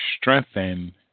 Strengthen